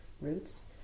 roots